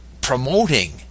promoting